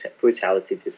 brutality